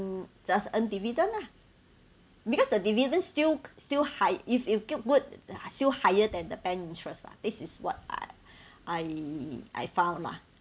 just earn dividend lah because the dividends still still high if you feel good still higher than the bank interest lah this is what I I I found lah